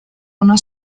una